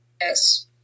Yes